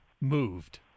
moved